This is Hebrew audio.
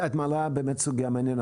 את מעלה באמת סוגייה מעניינת.